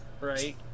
Right